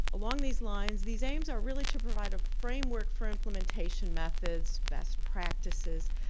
along these lines these aims are really to provide a framework for implementation methods, best practices,